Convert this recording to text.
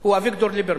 הוא אביגדור ליברמן,